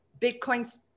Bitcoin's